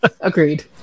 Agreed